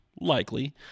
likely